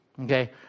Okay